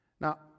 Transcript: Now